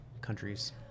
countries